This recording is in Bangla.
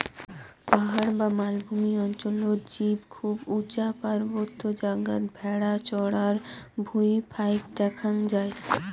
পাহাড় বা মালভূমি অঞ্চলত জীব খুব উচা পার্বত্য জাগাত ভ্যাড়া চরার ভুঁই ফাইক দ্যাখ্যাং যাই